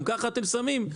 גם כך אתם שמים.